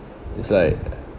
it's like